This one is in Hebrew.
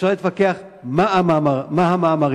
אפשר להתווכח מה המאמרים,